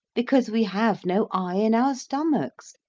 because we have no eye in our stomachs.